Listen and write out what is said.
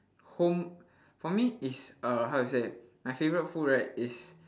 home for me is err how to say my favourite food right is